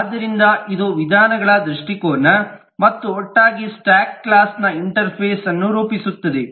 ಆದ್ದರಿಂದ ಇದು ವಿಧಾನಗಳ ದೃಷ್ಟಿಕೋನ ಮತ್ತು ಒಟ್ಟಾಗಿ ಸ್ಟಾಕ್ ಕ್ಲಾಸ್ ನ ಇಂಟರ್ಫೇಸ್ ಅನ್ನು ರೂಪಿಸುತ್ತದೆ